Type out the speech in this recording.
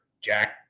Jack